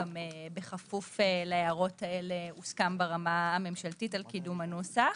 בכפוף להערות האלה הוסכם ברמה הממשלתית על קידום הנוסח.